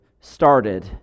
started